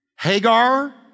Hagar